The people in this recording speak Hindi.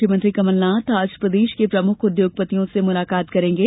मुख्यमंत्री कमलनाथ आज प्रदेश के प्रमुख उद्योगपतियों से मुलाकात करेंगे